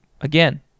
again